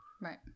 Right